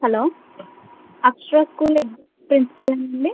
hello Akshara school head ప్రిన్సిపాలేనా అండి